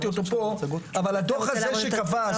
הדו"ח הזה שקבע,